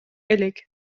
элек